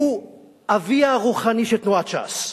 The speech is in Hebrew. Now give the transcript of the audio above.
הוא אביה הרוחני של תנועת ש"ס.